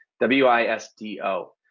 W-I-S-D-O